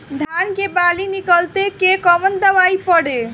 धान के बाली निकलते के कवन दवाई पढ़े?